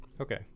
Okay